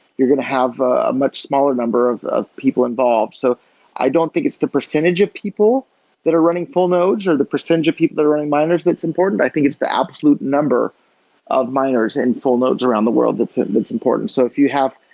you're going to have a much smaller number of of people involved. so i don't think it's the percentage of people that are running full nodes, or the percentage of people that are running miners that's important, i think it's the absolute number of miners and full nodes around the world that's and it's important so if you have,